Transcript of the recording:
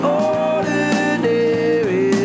ordinary